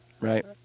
Right